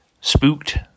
spooked